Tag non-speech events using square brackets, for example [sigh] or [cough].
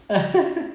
[laughs]